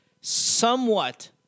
somewhat